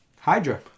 Hydra